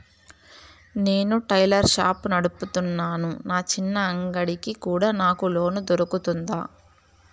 నేను tailor shop నడుపుతున్నాను, నా చిన్న అంగడి కి కూడా నాకు లోను దొరుకుతుందా?